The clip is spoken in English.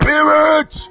Spirit